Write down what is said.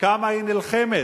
כמה היא נלחמת